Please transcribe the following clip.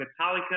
Metallica